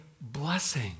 blessing